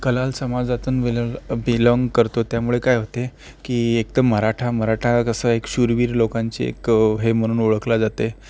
कलाल समाजातून bill belong करतो त्यामुळे काय होते की एकतर मराठा मराठा कसं एक शूरवीर लोकांची एक हे म्हणून ओळखली जाते